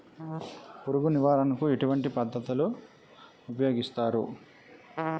పురుగు నివారణ కు ఎటువంటి పద్ధతులు ఊపయోగిస్తారు?